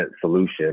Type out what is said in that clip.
solution